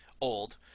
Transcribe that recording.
old